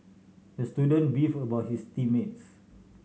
the student beefed about his team mates